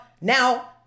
now